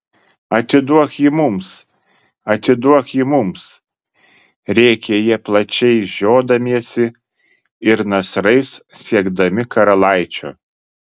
atiduok jį mums atiduok jį mums rėkė jie plačiai žiodamiesi ir nasrais siekdami karalaičio